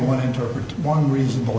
one interpret one reasonable